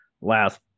last